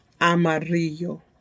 amarillo